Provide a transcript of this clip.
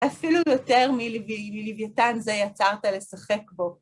אפילו יותר מלוויתן זה יצרת לשחק בו.